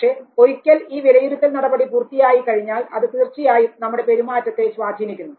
പക്ഷേ ഒരിക്കൽ ഈ വിലയിരുത്തൽ നടപടി പൂർത്തിയായി കഴിഞ്ഞാൽ അത് തീർച്ചയായും നമ്മുടെ പെരുമാറ്റത്തെ സ്വാധീനിക്കുന്നു